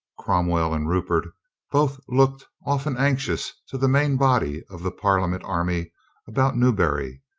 crom well and rupert both looked often anxious to the main body of the parliament army about newbury,